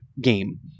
game